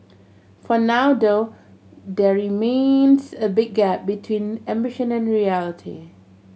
for now though there remains a big gap between ambition and reality